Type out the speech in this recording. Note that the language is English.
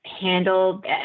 handled